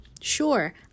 sure